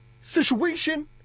situation